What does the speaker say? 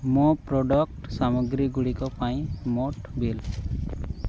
ମୋ ପ୍ରଡ଼କ୍ଟ୍ ସାମଗ୍ରୀ ଗୁଡ଼ିକ ପାଇଁ ମୋଟ ବିଲ୍